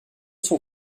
son